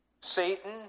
Satan